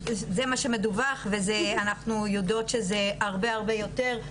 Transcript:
אבל זה מה שמדווח אבל אנחנו יודעות שזה הרבה יותר,